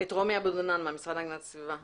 לא אני חקרתי קיבל שעות לתועלת הציבור במסגרת עסקת טיעון.